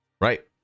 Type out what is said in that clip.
right